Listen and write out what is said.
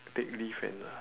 take leave and uh